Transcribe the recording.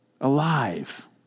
Alive